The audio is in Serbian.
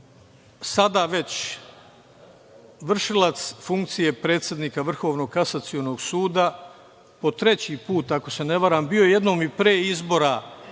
sada već vršilac funkcije predsednika Vrhovnog kasacionog suda po treći put, ako se ne varam, bio je jednom i pre izbora